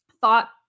thought